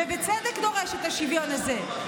ובצדק דורש את השוויון הזה,